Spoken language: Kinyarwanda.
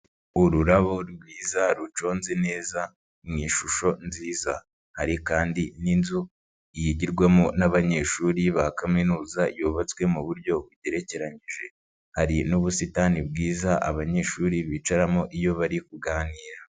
Ururabo rwiza ruconze neza mu ishusho nziza, hari kandi n'inzu yigirwamo n'abanyeshuri ba kaminuza yubatswe mu buryo bugerekeranyije, hari n'ubusitani bwiza abanyeshuri bicaramo iyo bari kuganira.